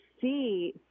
see